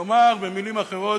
כלומר, במילים אחרות,